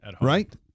Right